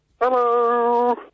Hello